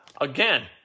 again